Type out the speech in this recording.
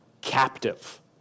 captive